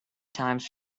times